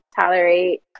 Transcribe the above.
tolerate